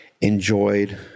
enjoyed